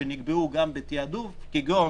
שנקבעו גם בתעדוף כגון